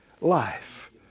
life